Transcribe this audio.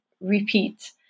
repeat